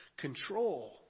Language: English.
control